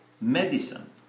medicine